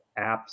apps